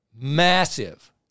massive